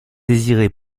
désiré